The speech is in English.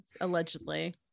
Allegedly